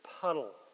puddle